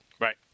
Right